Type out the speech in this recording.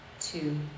two